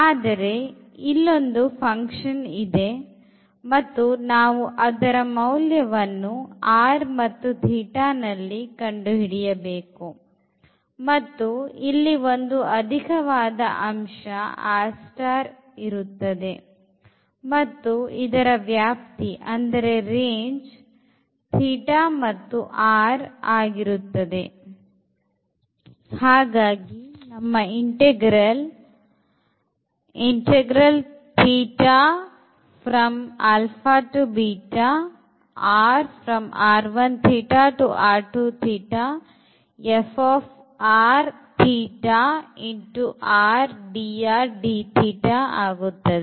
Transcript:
ಆದರೆ ಇಲ್ಲೊಂದು function ಇದೆ ಮತ್ತು ನಾವು ಅದರ ಮೌಲ್ಯವನ್ನು r θನಲ್ಲಿ ಕಂಡುಹಿಡಿಯಬೇಕು ಮತ್ತು ಇಲ್ಲಿ ಒಂದು ಅಧಿಕವಾದ ಅಂಶ r ಇರುತ್ತದೆ ಮತ್ತು ಇದರ ವ್ಯಾಪ್ತಿ θ ಮತ್ತು r ಆಗಿರುತ್ತದೆ